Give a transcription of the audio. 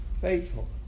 faithful